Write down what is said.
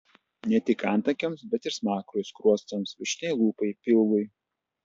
ne tik antakiams bet ir smakrui skruostams viršutinei lūpai pilvui